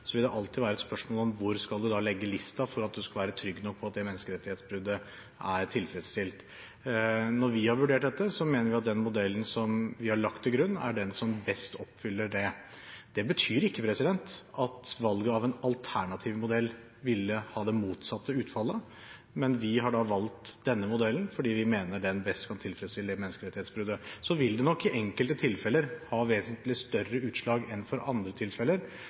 Så vil det alltid være et spørsmål om hvor man da skal legge listen for at man skal være trygg nok på at det menneskerettighetsbruddet er tilfredsstillende rettet opp. Når vi har vurdert dette, mener vi at den modellen vi har lagt til grunn, er den som best oppfyller det. Det betyr ikke at valget av en alternativ modell ville hatt det motsatte utfallet. Men vi har valgt denne modellen fordi vi mener den best kan rette opp dette menneskerettighetsbruddet tilfredsstillende. Så vil det nok i enkelte tilfeller gi vesentlig større utslag enn for andre tilfeller,